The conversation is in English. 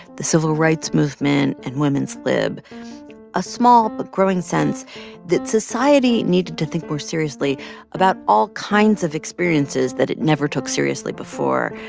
the civil rights movement and women's lib a small but growing sense that society needed to think more seriously about all kinds of experiences that it never took seriously before.